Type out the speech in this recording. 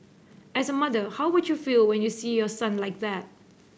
as a mother how would you feel when you see your son like that